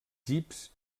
jeeps